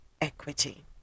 equity